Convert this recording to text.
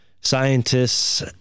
scientists